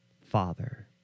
Father